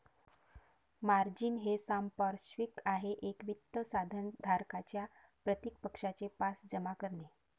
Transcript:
margin हे सांपार्श्विक आहे एक वित्त साधन धारकाच्या प्रतिपक्षाचे पास जमा करणे